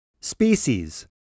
species